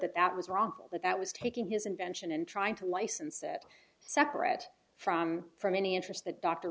that that was wrong but that was taking his invention and trying to license it separate from from any interest that dr